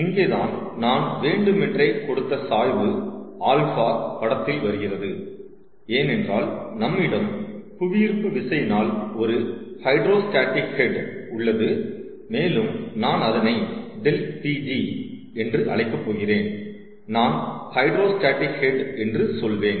இங்கேதான் நான் வேண்டுமென்றே கொடுத்த சாய்வு α படத்தில் வருகிறது ஏனென்றால் நம்மிடம் புவியீர்ப்பு விசையினால் ஒரு ஹைட்ரோ ஸ்டாடிக் ஹெட் உள்ளது மேலும் நான் அதனை ∆Pg என்று அழைக்கப் போகிறேன் நான் ஹைட்ரோ ஸ்டாடிக் ஹெட் என்று சொல்வேன்